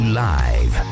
live